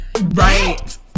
Right